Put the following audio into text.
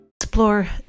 Explore